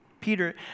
Peter